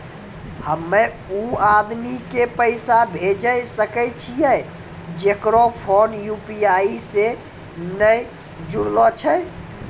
हम्मय उ आदमी के पैसा भेजै सकय छियै जेकरो फोन यु.पी.आई से नैय जूरलो छै?